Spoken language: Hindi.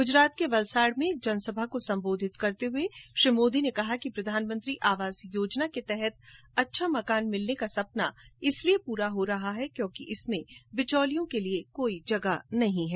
गुजरात में वलसाड में एक जनसभा को संबोधित करते हुए श्री मोदी ने कहा कि प्रधानमंत्री आवास योजना के तहत अच्छा मकान मिलने का सपना इसलिए पूरा होता है क्योंकि इसमें बिचोलियों कीकोई जगह नहीं है